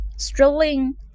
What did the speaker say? Strolling